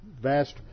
vast